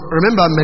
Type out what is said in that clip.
Remember